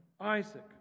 Isaac